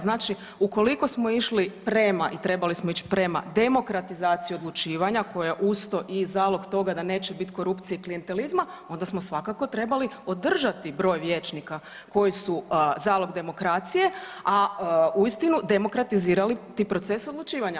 Znači ukoliko smo išli prema i trebali smo ići prema demokratizaciji odlučivanja koja uz to i zalog toga da neće biti korupcije, klijentelizma onda smo svakako trebali održati broj vijećnika koji su zalog demokracije, a uistinu demokratizirati proces odlučivanja.